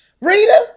Rita